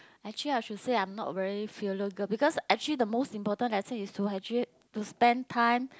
actually I should say I'm not very filial girl because actually the most important lesson is to actually to spend time